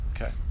okay